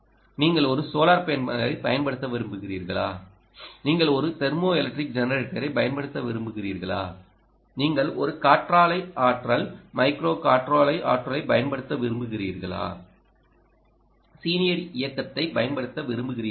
நீங்கள் ஒரு சோலார் பேனலைப் பயன்படுத்த விரும்புகிறீர்களா நீங்கள் ஒரு தெர்மோஎலக்ட்ரிக் ஜெனரேட்டரைப் பயன்படுத்த விரும்புகிறீர்களா நீங்கள் ஒரு காற்றாலை ஆற்றல் மைக்ரோ காற்றாலை ஆற்றலைப் பயன்படுத்த விரும்புகிறீர்களா லீனியர் இயக்கத்தைப் பயன்படுத்த விரும்புகிறீர்களா